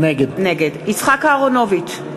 נגד יצחק אהרונוביץ,